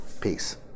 Peace